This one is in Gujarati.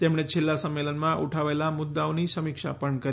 તેમણે છેલ્લાં સંમેલનમાં ઉઠાવચેલા મુદ્દાઓની સમીક્ષા પણ કરી